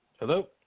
Hello